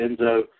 Enzo